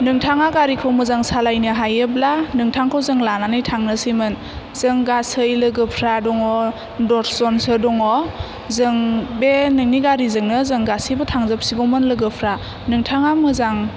नोंथाङा गारिखौ मोजां सालायनो हायोब्ला नोंथांखौ जों लानानै थांनोसैमोन जों गासै लोगोफ्रा दङ दस जनसो दङ जों बे नोंनि गारिजोंनो जों गासिबो थांजोबसिगौमोन लोगोफ्रा नोंथाङा मोजां